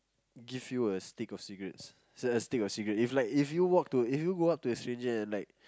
give you a stick of cigarettes it's like a stick of cigarette if like if you walk to if you go up to a stranger and like